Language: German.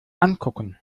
angucken